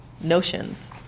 notions